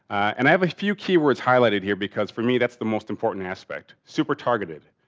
and i have a few keywords highlighted here because for me that's the most important aspect, super targeted.